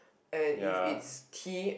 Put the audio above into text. and if it's tea